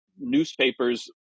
newspapers